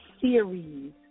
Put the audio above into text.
series